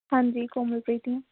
ਹਾਂਜੀ ਕੋਮਲਪ੍ਰੀਤ ਹੀ ਹਾਂ